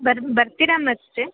ಬರ್ ಬರ್ತೀರಾ ಮತ್ತೆ